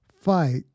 fight